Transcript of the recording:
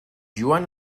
joan